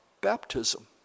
baptism